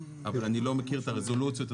אבל אני לא מכיר את הרזולוציות.